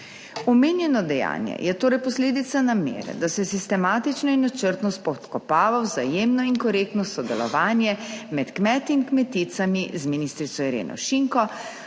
Omenjeno dejanje je torej posledica namere, da se sistematično in načrtno spodkopava vzajemno in korektno sodelovanje med kmeti in kmeticami z ministrico Ireno Šinko,